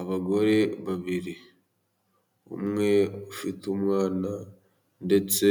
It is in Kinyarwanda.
Abagore babiri .umwe ufite umwana, ndetse